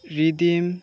Ritam